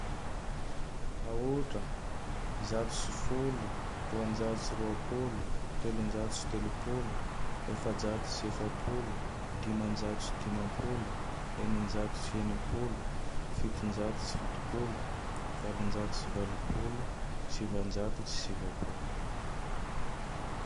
Aotra, zato sy folo, roanjato sy roapolo, telonjato sy telopolo, efajato sy efapolo, dimanjato sy dimampolo, eninjato sy enimpolo, fitonjato sy fitopolo, valonjato sy valopolo, sivanjato sy sivapolo.